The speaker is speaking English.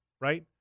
Right